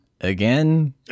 Again